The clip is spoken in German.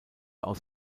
aus